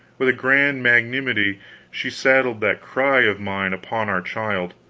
with a grand magnanimity she saddled that cry of mine upon our child,